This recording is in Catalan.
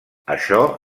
això